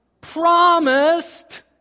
promised